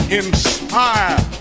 inspire